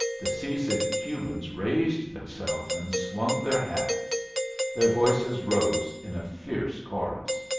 the sea-sick cubans raised themselves and swung their hats their voices rose in a fierce chorus.